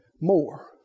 more